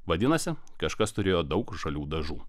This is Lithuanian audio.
vadinasi kažkas turėjo daug žalių dažų